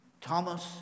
Thomas